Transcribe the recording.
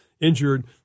injured